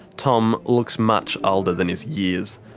tom looks much older than his years.